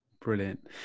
Brilliant